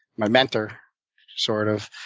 my mentor sort of.